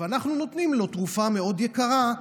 ואנחנו נותנים לו תרופה מאוד יקרה,